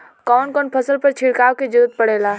कवन कवन फसल पर छिड़काव के जरूरत पड़ेला?